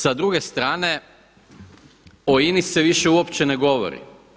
Sa druge strane o INA-i se više uopće ne govori.